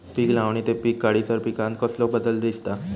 पीक लावणी ते पीक काढीसर पिकांत कसलो बदल दिसता?